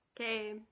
okay